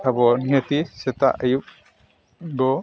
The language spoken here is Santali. ᱟᱵᱚ ᱱᱤᱦᱟᱹᱛᱤ ᱥᱮᱛᱟᱜ ᱟᱹᱭᱩᱵ ᱫᱚ